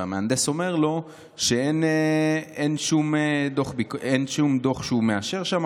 והמהנדס אומר לו שאין שום דוח שהוא מאשר שם.